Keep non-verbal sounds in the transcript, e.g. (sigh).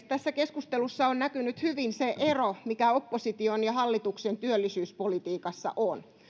(unintelligible) tässä keskustelussa on näkynyt hyvin se ero mikä opposition ja hallituksen työllisyyspolitiikassa on